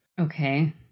Okay